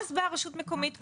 ואז בא רשות מקומית כלשהי,